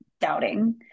doubting